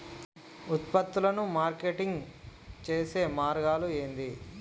ఉత్పత్తులను మార్కెటింగ్ చేసే మార్గాలు ఏంది?